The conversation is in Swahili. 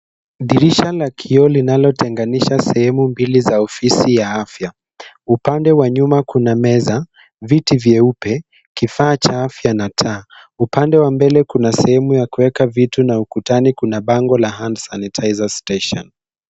Dirisha la kioo linalotenganisha sehemu mbili za ofisi ya afya. Upande wa nyuma kuna meza, viti vyeupe, kifaa cha afya na taa. Upande wa mbele kuna sehemu ya kuweka vitu na ukutani kuna bango la hand sanitizer station .